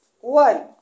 one